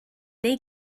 neu